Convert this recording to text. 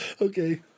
Okay